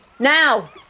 Now